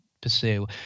pursue